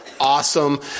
Awesome